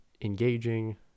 engaging